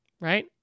right